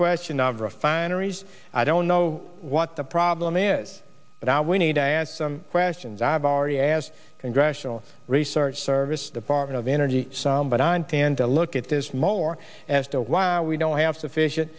question of refineries i don't know what the problem is but are we need i asked some questions i've already asked congressional research service department of energy some but i and to look at this more as to why we don't have sufficient